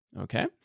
Okay